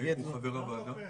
למה לא פה אחד?